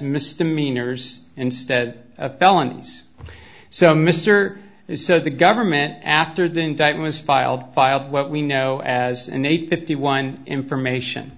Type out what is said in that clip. misdemeanors instead of felonies so mr so the government after the indictments filed filed what we know as an eight fifty one information